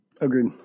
agreed